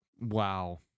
Wow